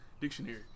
dictionary